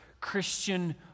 Christian